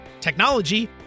technology